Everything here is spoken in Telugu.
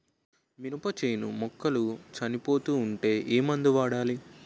మినప చేను మొక్కలు చనిపోతూ ఉంటే ఏమందు వాడాలి?